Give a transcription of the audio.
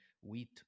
wheat